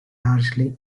largely